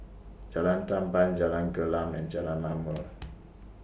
Jalan Tamban Jalan Gelam and Jalan Ma'mor